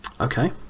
okay